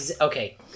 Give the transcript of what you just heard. Okay